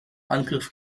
angriff